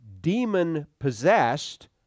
demon-possessed